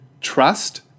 trust